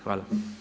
Hvala.